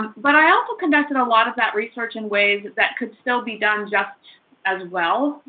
but i also conducted a lot of that research in ways that could still be done just as well,